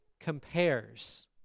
compares